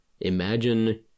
Imagine